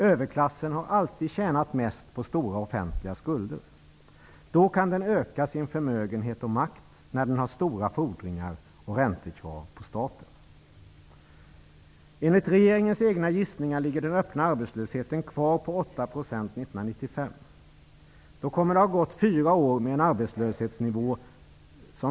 Överklassen har alltid tjänat mest på stora offentliga skulder. Den kan öka både förmögenhet och makt när den har stora fordringar och räntekrav på staten. Enligt regeringens egna gissningar ligger den öppna arbetslösheten kvar på 8 % år 1995. Det kommer då att ha gått fyra år med denna arbetslöshetsnivå.